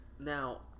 Now